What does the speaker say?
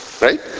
right